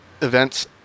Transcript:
events